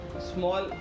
small